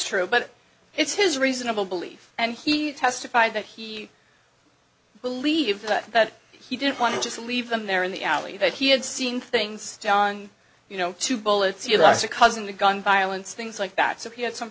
true but it's his reasonable belief and he testified that he believed that he didn't want to just leave them there in the alley that he had seen things john you know two bullets you guys are causing the gun violence things like that so he had some